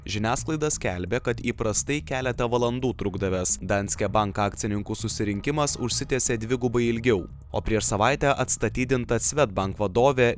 žiniasklaida skelbė kad įprastai keletą valandų trukdavęs danske bank akcininkų susirinkimas užsitęsė dvigubai ilgiau o prieš savaitę atstatydinta swedbank vadovė